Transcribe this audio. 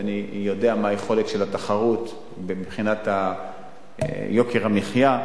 ואני יודע מה היכולת של התחרות מבחינת יוקר המחיה.